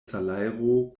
salajro